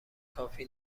کافی